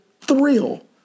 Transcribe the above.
thrill